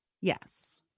Yes